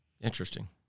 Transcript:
Interesting